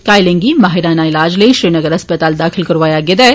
घायलें गी माहिराना इलाज लेई श्रीनगर अस्पताल दाखल करोआया गेदा ऐ